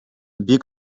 бик